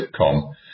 sitcom